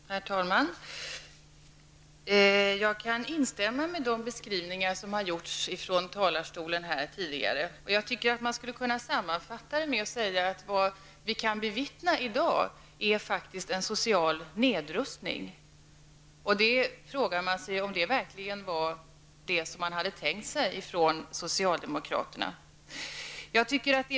Herr talman! Jag kan instämma i de beskrivningar som har gjorts från talarstolen tidigare. De skulle kunna sammanfattas med att vad vi kan bevittna i dag är faktiskt en social nedrustning. Man frågar sig ju om detta verkligen var vad socialdemokraterna hade tänkt sig.